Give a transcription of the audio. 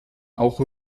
auch